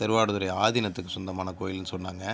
திருவாடுதுறை ஆதீனத்துக்கு சொந்தமான கோவில்னு சொன்னாங்க